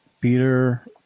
Peter